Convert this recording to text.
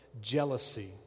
jealousy